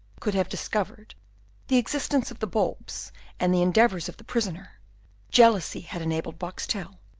could have discovered the existence of the bulbs and the endeavours of the prisoner jealousy had enabled boxtel,